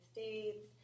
States